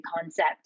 concept